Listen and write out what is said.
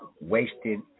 wasted